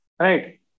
Right